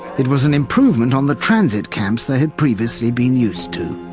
it was an improvement on the transit camps that had previously been used to.